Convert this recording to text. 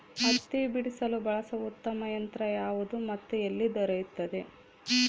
ಹತ್ತಿ ಬಿಡಿಸಲು ಬಳಸುವ ಉತ್ತಮ ಯಂತ್ರ ಯಾವುದು ಮತ್ತು ಎಲ್ಲಿ ದೊರೆಯುತ್ತದೆ?